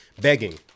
Begging